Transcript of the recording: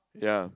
ya